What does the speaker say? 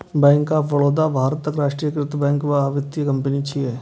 bank of Baroda भारतक राष्ट्रीयकृत bank आ वित्तीय सेवा कंपनी छियै